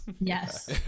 Yes